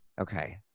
Okay